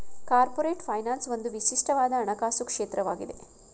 corporate finance ಒಂದು ವಿಶಿಷ್ಟವಾದ ಹಣಕಾಸು ಕ್ಷೇತ್ರವಾಗಿದೆ